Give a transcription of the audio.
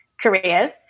careers